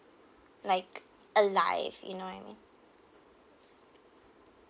like alive you know what I mean